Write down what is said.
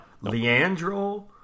Leandro